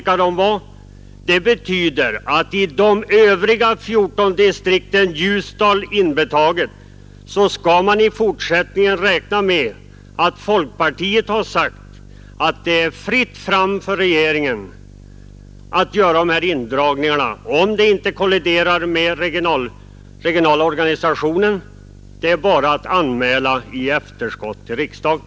Det betyder att man i fortsättningen i de övriga 15 distrikten, Ljusdal inberäknat, skall räkna med att det enligt vad folkpartiet har sagt är fritt fram för regeringen att dra in tre till fem av dem, om detta inte kolliderar med den regionala organisationen — det är bara att anmäla i efterskott till riksdagen.